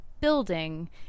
building